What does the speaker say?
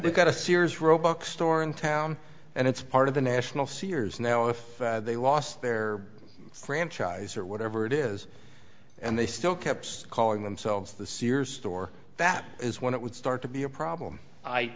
they got a sears roebuck store in town and it's part of the national sears now if they lost their franchise or whatever it is and they still kept calling themselves the sears store that is when it would start to be a problem i